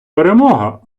перемога